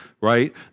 right